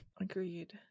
agreed